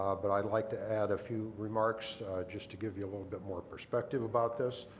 ah but i'd like to add a few remarks just to give you a little bit more perspective about this.